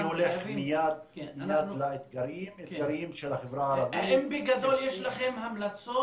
אני הולך לאתגרים של החברה הערבית --- האם בגדול יש לכם המלצות?